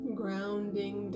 grounding